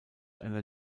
einer